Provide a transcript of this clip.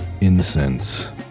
incense